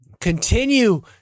Continue